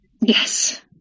Yes